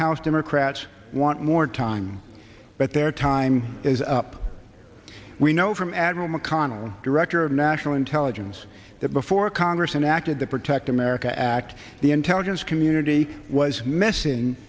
house democrats want more time but their time is up we know from admiral mcconnell director of national intelligence that before congress enacted the protect america act the intelligence community was messin